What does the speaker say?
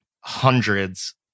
hundreds